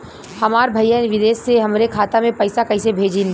हमार भईया विदेश से हमारे खाता में पैसा कैसे भेजिह्न्न?